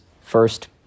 first